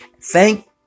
thank